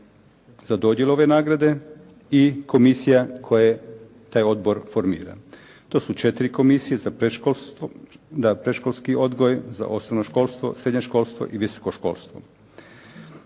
za dodjelu ove nagrade i komisija koje taj odbor formira. To su četiri komisije za predškolski odbor, za osnovno školstvo, srednje školstvo i visoko školstvo.